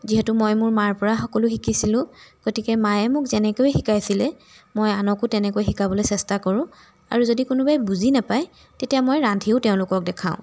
যিহেতু মই মোৰ মাৰ পৰা সকলো শিকিছিলোঁ গতিকে মায়ে মোক যেনেকৈ শিকাইছিলে মই আনকো তেনেকৈ শিকাবলৈ চেষ্টা কৰোঁ আৰু যদি কোনোবাই বুজি নাপায় তেতিয়া মই ৰান্ধিও তেওঁলোকক দেখাওঁ